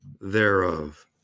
thereof